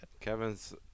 Kevin's